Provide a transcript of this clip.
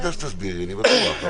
זה כמו שמעבר דירה מותר בתקופת הסגר.